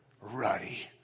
Ruddy